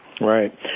Right